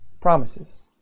promises